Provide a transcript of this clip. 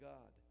God